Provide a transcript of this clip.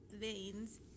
veins